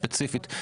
ספציפית.